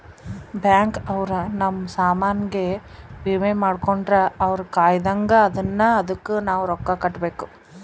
bank ಅವ್ರ ನಮ್ ಸಾಮನ್ ಗೆ ವಿಮೆ ಮಾಡ್ಕೊಂಡ್ರ ಅವ್ರ ಕಾಯ್ತ್ದಂಗ ಅದುನ್ನ ಅದುಕ್ ನವ ರೊಕ್ಕ ಕಟ್ಬೇಕು